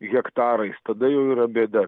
hektarais tada jau yra bėda